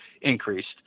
increased